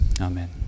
Amen